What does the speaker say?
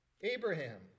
Abraham